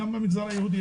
כי גם במגזר היהודי,